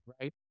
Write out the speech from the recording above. Right